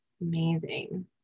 Amazing